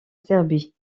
serbie